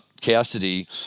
Cassidy